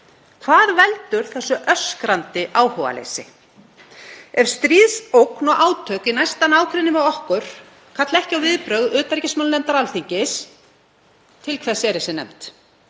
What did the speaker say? Hvað veldur þessu öskrandi áhugaleysi? Ef stríðsógn og átök í næsta nágrenni við okkur kalla ekki á viðbrögð utanríkismálanefndar Alþingis, til hvers er þessi nefnd?